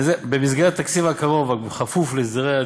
במסגרת התקציב הקרוב,